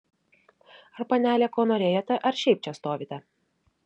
ar panelė ko norėjote ar šiaip čia stovite